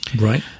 right